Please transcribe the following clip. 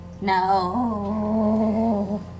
No